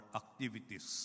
activities